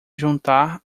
juntar